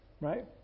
right